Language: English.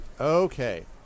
Okay